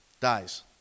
dies